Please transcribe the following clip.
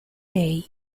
day